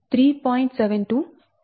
72 Voltkm